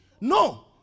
No